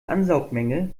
ansaugmenge